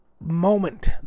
moment